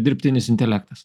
dirbtinis intelektas